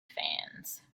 fans